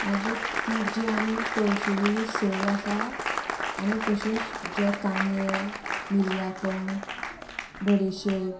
मागीर ती जी आमी तळशिल्ली सय आसा आनी तश्योच जे कांदे मिरया कण बडीशेप